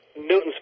Newton's